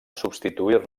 substituir